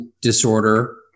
disorder